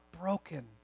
broken